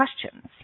questions